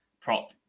prop